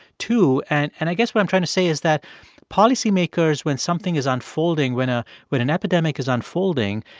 too. and and i guess what i'm trying to say is that policymakers, when something is unfolding, when ah when an epidemic is unfolding,